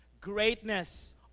greatness